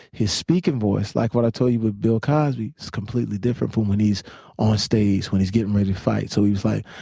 his speaking voice, like what i told you with bill cosby, is completely different from when he's on stage, when he's getting ready to fight. so he was like,